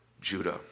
Judah